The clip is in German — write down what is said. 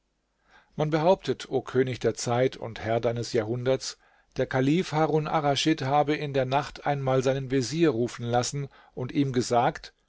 man behauptet o könig der zeit und herr deines jahrhunderts der kalif harun arraschid habe in der nacht einmal seinen vezier rufen lassen und ihm gesagt